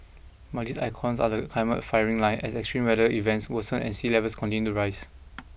but these icons are the climate firing line as extreme weather events worsen and sea levels continue to rise